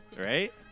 Right